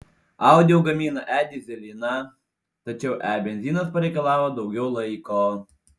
audi jau gamina e dyzeliną tačiau e benzinas pareikalavo daugiau laiko